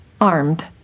armed